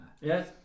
Yes